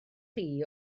chi